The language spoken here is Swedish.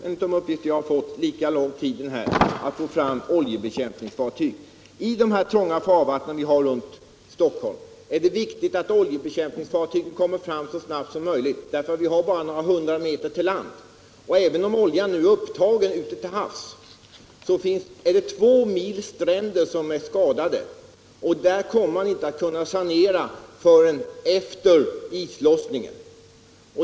Enligt den uppgift jag har fått tog det lika lång tid den här gången att få fram oljebekämpningsfartyg. I de trånga farvattnen runt Stockholm är det viktigt att oljebekämpningsfartyg kommer fram så snart som möjligt; vi har bara några hundra meter till land. Även om oljan nu tagits upp ute till havs, så är det två mil stränder som är skadade. Där kommer man inte att kunna sanera förrän efter islossningen.